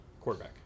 Quarterback